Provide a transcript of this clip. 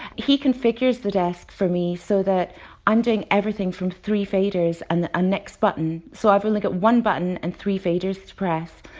he configures the desk for me so that i'm doing everything from three faders and a next button, so i've only got one button and three faders to press.